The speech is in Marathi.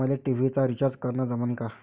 मले टी.व्ही चा रिचार्ज करन जमन का?